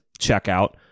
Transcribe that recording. checkout